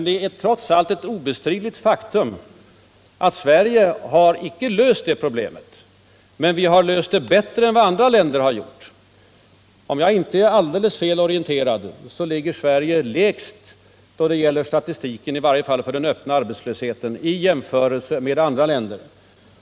Det är trots allt ett obestridligt faktum att Sverige icke har löst det problemet, men vi har löst det bättre än vad andra länder har gjort. Om jag inte är alldeles fel orienterad, så ligger Sverige lägst vid jämförelser med andra länder, i varje fall då det gäller statistiken för den öppna arbetslösheten.